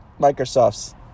Microsoft's